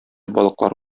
балыклар